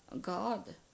God